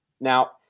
Now